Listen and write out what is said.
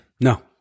No